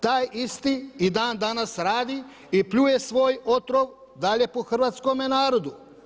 Taj isti i dan danas radi i pljuje svoj otrov dalje po hrvatskome narodu.